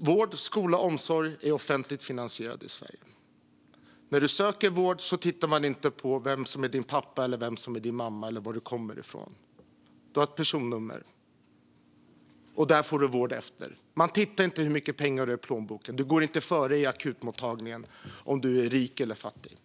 Vård, skola och omsorg är offentligt finansierade i Sverige. När du söker vård tittar man inte på vem som är din pappa eller din mamma eller varifrån du kommer. Du har ett personnummer, och du får vård efter det. Man tittar inte efter hur mycket pengar du har i plånboken. Du går inte före på akutmottagningen om du är rik eller fattig.